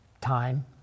time